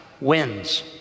wins